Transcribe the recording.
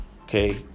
okay